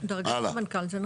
הלאה.